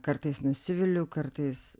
kartais nusiviliu kartais